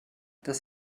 das